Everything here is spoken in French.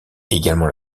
également